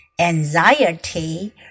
Anxiety